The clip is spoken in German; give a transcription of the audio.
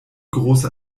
große